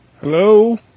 Hello